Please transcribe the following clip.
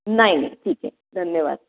नाही नाही ठीक आहे धन्यवाद